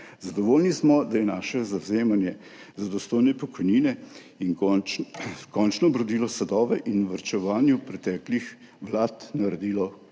Zadovoljni smo, da je naše zavzemanje za dostojne pokojnine končno obrodilo sadove in varčevanju preteklih vlad naredilo